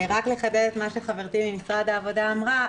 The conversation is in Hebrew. שחברתי ממשרד העבודה אמרה,